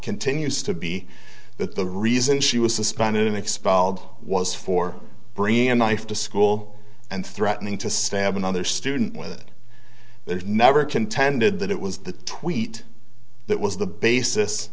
continues to be that the reason she was suspended and expelled was for bringing a knife to school and threatening to stab another student with it there's never contended that it was the tweet that was the basis